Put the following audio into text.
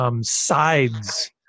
Sides